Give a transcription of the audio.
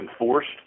enforced